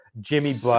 Jimmy